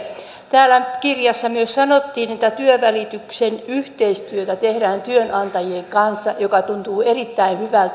täällä kirjassa myös sanottiin että työnvälityksen yhteistyötä tehdään työnantajien kanssa mikä tuntuu erittäin hyvältä